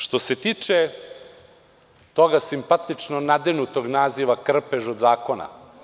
Što se tiče tog simpatičnog nadenutog naziva – krpež od zakona.